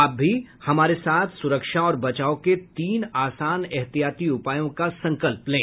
आप भी हमारे साथ सुरक्षा और बचाव के तीन आसान एहतियाती उपायों का संकल्प लें